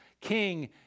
King